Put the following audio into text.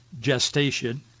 gestation